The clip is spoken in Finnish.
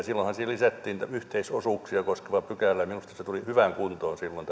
silloinhan siihen lisättiin yhteisosuuksia koskeva pykälä minusta tämä yhteismetsän verotus tuli hyvään kuntoon silloin